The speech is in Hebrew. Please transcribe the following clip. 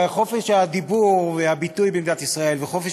חופש הדיבור והביטוי במדינת ישראל וחופש